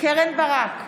קרן ברק,